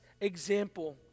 example